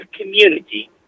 community